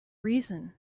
reason